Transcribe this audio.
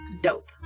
Dope